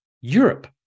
Europe